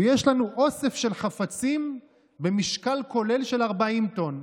ויש לנו אוסף של חפצים במשקל כולל של 40 טונות,